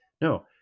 No